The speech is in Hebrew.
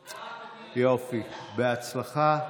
יופי, בהצלחה.